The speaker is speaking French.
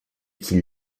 qu’il